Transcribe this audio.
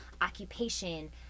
occupation